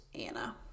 Anna